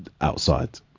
outside